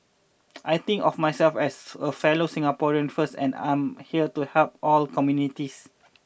I think of myself as a fellow Singaporean first and I'm here to help all communities